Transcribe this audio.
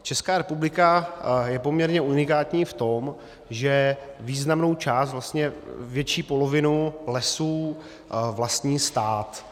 Česká republika je poměrně unikátní v tom, že významnou část, vlastně větší polovinu lesů vlastní stát.